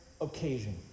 occasion